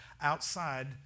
outside